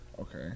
Okay